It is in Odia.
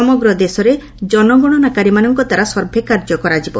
ସମଗ୍ର ଦେଶରେ ଜନଗଣନାକାରୀଙ୍କଦ୍ୱାରା ସର୍ଭେ କାର୍ଯ୍ୟ କରାଯିବ